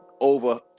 over